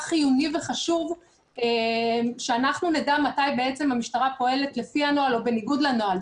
חיוני וחשוב שאנחנו נדע מתי בעצם המשטרה פועלת לפי הנוהל או בניגוד לנוהל.